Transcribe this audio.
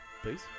Please